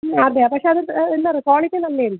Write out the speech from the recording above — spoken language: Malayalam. ഇല്ല അതെ പക്ഷേ അത് എന്താണ് അറിയുമോ ക്വാളിറ്റി നല്ലതാണ്